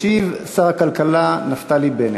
ישיב שר הכלכלה נפתלי בנט.